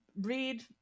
Read